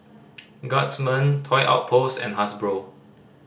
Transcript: Guardsman Toy Outpost and Hasbro